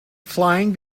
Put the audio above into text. flying